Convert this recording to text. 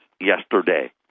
yesterday